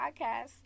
podcast